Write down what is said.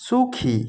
সুখী